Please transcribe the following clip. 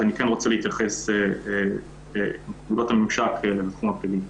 אז אני כן רוצה להתייחס לנקודות הממשק לתחום הפלילי,